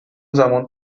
زمان